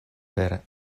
per